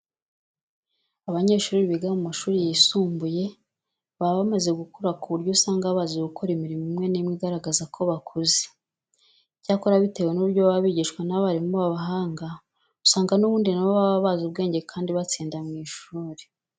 Abanyeshuri biga mu mashuri yisumbuye baba bamaze gukura ku buryo usanga bazi gukora imirimo imwe n'imwe igaragaza ko bakuze. Icyakora bitewe n'uburyo baba bigishwa n'abarimu b'abahanga, usanga n'ubundi na bo baba bazi ubwenge kandi batsinda mu ishuri.